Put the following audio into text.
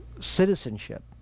citizenship